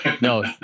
No